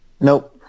Nope